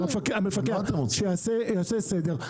וגם מהמפקח שיעשה סדר,